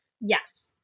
Yes